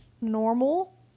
normal